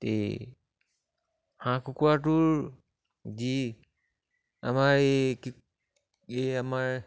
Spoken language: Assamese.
এই হাঁহ কুকুৰাটোৰ যি আমাৰ এই কি এই আমাৰ